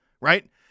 Right